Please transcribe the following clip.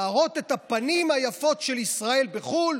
להראות את הפנים היפות של ישראל בחו"ל,